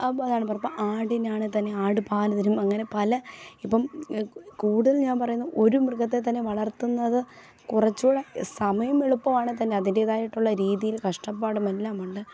അപ്പം അതാണ് പറഞ്ഞത് ആടിനാണ് തന്നെ ആട് പാൽ തരും അങ്ങനെ പല ഇപ്പം കൂടുതൽ ഞാൻ പറയുന്നത് ഒരു മൃഗത്തെ തന്നെ വളർത്തുന്നത് കുറച്ചും കൂടെ സമയം എളുപ്പമാണ് തന്നെ അതിൻ്റേതായിട്ടുള്ള രീതിയിൽ കഷ്ടപ്പാടും എല്ലാമുണ്ട്